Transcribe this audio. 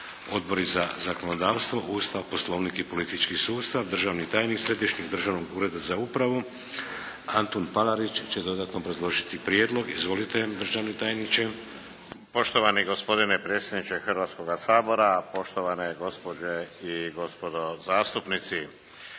Odbori za zakonodavstvo, Ustav, Poslovnik i politički sustav. Državni tajnik središnjeg državnog ureda za upravu, Antun Palarić će dodatno obrazložiti prijedlog, izvolite državni tajniče. **Palarić, Antun** Poštovani gospodine predsjedniče Hrvatskoga sabora, poštovane gospođe i gospodo zastupnici.